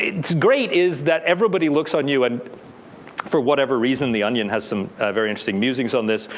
it's great is that everybody looks on you, and for whatever reason the onion has some very interesting musings on this,